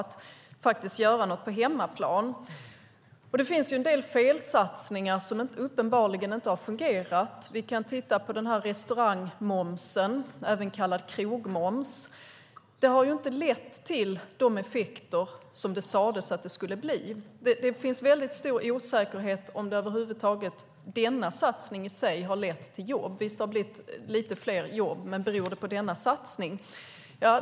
Vi behöver göra någonting på hemmaplan. Det finns en del felsatsningar, satsningar som uppenbarligen inte fungerar. Restaurangmomsen, även kallad krogmomsen, har inte lett till de effekter som det sades att det skulle leda till. Det är stor osäkerhet om huruvida den satsningen över huvud taget lett till jobb. Visst har det blivit lite fler jobb, men frågan är om det beror på den satsningen.